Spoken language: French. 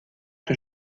que